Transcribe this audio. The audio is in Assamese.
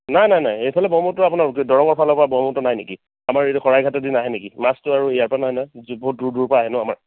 নাই নাই নাই এইফালে ব্ৰহ্মপুত্ৰ আপোনাৰ দৰঙৰ ফালৰ পৰা ব্ৰহ্মপুত্ৰ নাই নেকি আমাৰ এইটো শৰাইঘাটে দি নাহে নেকি মাছটো আৰু ইয়াৰ পৰা নাহে নহয় বহুত দূৰ দূৰ পৰা আহে ন আমাৰ